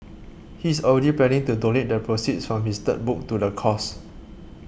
he is already planning to donate the proceeds from his third book to the cause